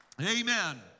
Amen